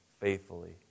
faithfully